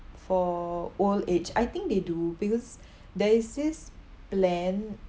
for old age I think they do because there is this plan